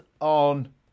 On